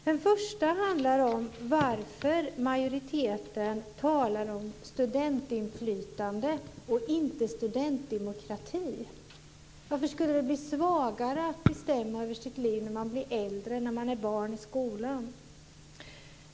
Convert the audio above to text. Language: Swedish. Den första frågan handlar om varför majoriteten talar om studentinflytande och inte studentdemokrati. Varför skulle det bli svagare att bestämma över sitt liv när man blir äldre än när man är barn i skolan?